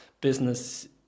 business